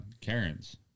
Karens